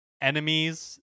enemies